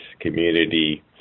community